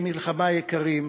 בהתאם לנהלים,